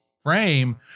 frame